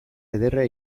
ederra